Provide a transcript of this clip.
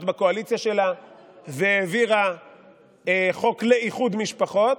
בקואליציה שלה והעבירה חוק לאיחוד משפחות.